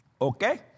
Okay